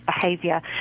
behavior